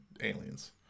aliens